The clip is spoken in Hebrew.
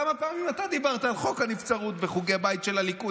כמה פעמים אתה דיברת על חוק הנבצרות בחוגי בית של הליכוד?